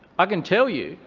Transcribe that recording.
i can tell you,